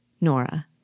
Nora